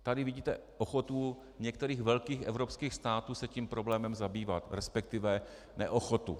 Tady vidíte ochotu některých velkých evropských států se tím problémem zabývat, respektive neochotu.